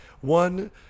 one